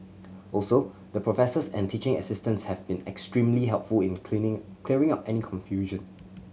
also the professors and teaching assistants have been extremely helpful in cleaning clearing up any confusion